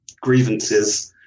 grievances